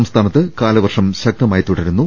സംസ്ഥാനത്ത് കാലവർഷം ശക്തമായി തുടരുന്നു